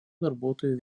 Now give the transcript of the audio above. darbuotojų